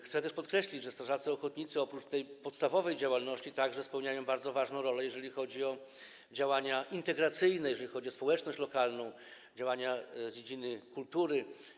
Chcę też podkreślić, że strażacy ochotnicy oprócz podstawowej działalności spełniają także bardzo ważną rolę, jeżeli chodzi o działania integracyjne, jeżeli chodzi o społeczność lokalną, działania z dziedziny kultury.